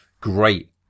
great